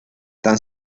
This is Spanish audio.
tan